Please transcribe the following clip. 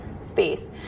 space